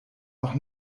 auch